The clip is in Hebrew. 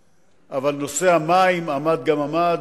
נושא המים עמד גם עמד,